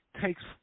takes